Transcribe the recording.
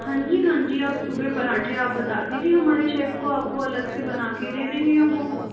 हाँ जी हाँ जी सुबह आप पराँठे आप बता दीजिए हमारे शेफ को आपको अलग से बना कर दे देंगे वह